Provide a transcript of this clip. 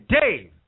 Dave